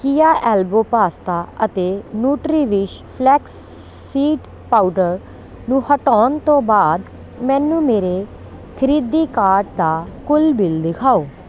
ਕਿਆ elbow pasta ਅਤੇ ਨੂੰਟਰੀਵਿਸ਼ ਫਲੈਕਸ ਸੀਡ ਪਾਊਡਰ ਨੂੰ ਹਟਾਉਣ ਤੋਂ ਬਾਅਦ ਮੈਨੂੰ ਮੇਰੇ ਖਰੀਦੀ ਕਾਰਟ ਦਾ ਕੁੱਲ ਬਿੱਲ ਦਿਖਾਓ